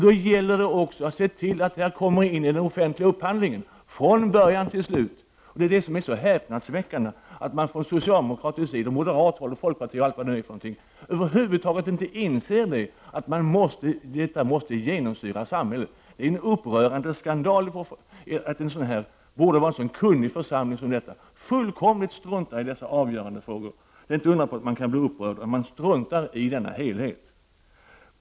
Då gäller det också att se till att den offentliga upphandlingen kommer in i bilden, så att kraven gäller från början till slut. Det är häpnadsväckande att man från bl.a. socialdemokratiskt, moderat och folkpartistiskt håll över huvud taget inte inser att denna syn måste genomsyra samhället. Det är en upprörande skandal att en församling som denna, som borde vara kunnig, fullkomligt struntar i dessa avgörande frågor. Det är inte underligt om någon blir upprörd när man struntar i denna helhet.